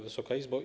Wysoka Izbo!